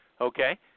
okay